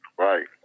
Right